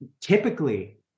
typically